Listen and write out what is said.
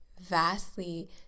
vastly